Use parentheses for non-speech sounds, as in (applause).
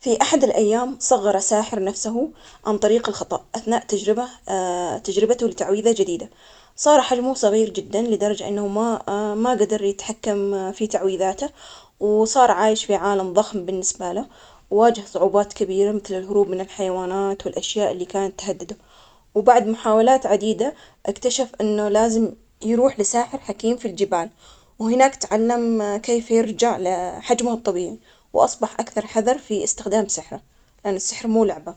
في أحد الأيام، صغر ساحر نفسه عن طريق الخطأ أثناء تجربة- (hesitation) تجربته لتعويذة جديدة، صار حجمه صغير جدا، لدرجة أنه ما. ما قدر يتحكم في تعويضاته، و صار عايش في عالم ضخم بالنسبة له، وواجه صعوبات كبيرة مثل الهروب من الحيوانات والأشياء اللي كانت تهدده. و بعد محاولات عديدة اكتشف أنه لازم يروح لساحر حكيم في الجبال. وهناك تعلم كيف يرجع لحجمه الطبيعي، وأصبح أكثر حذر في استخدام سحره، لأن السحر مو لعبة.